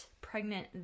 pregnant